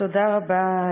תודה רבה,